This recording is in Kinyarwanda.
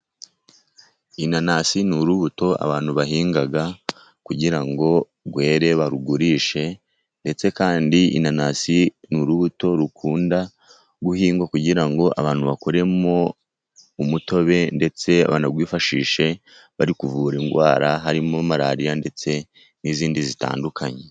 Inanasi ni urubuto abantu bahinga kugira ngo rwere barugurishe ndetse kandi inanasi n'urubuto rukunda guhingwa kugira ngo abantu bakuremo umutobe ndetse banarwifashishe bari kuvura indwara harimo malariya ndetse n'izindi zitandukanye.